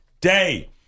day